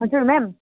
हजुर म्याम